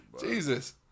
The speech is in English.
Jesus